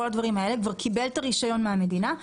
כבר קיבל את הרישיון מהמדינה,